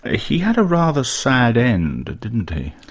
ah he had a rather sad end, didn't he?